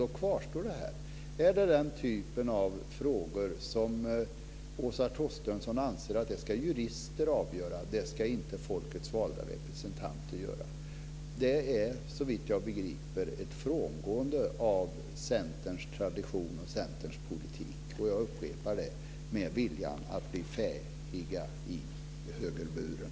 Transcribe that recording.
Då kvarstår det här: Är det den typen av frågor som Åsa Torstensson anser att jurister ska avgöra, inte folkets valda representanter? Det är, såvitt jag begriper, ett frångående av Centerns tradition och Centerns politik - jag upprepar det - med viljan att bli salongsfähiga i högerburen.